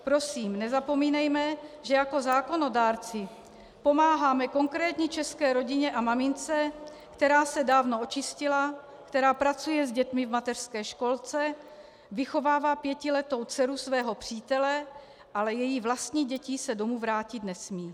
Prosím, nezapomínejme, že jako zákonodárci pomáháme konkrétní české rodině a mamince, která se dávno očistila, která pracuje s dětmi v mateřské školce, vychovává pětiletou dceru svého přítele, ale její vlastní děti se domů vrátit nesmějí.